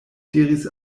diris